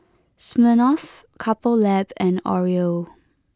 Smirnoff Couple Lab and Oreo